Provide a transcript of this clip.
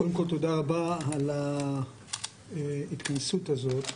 קודם כל תודה רבה על ההתכנסות הזאת.